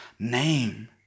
name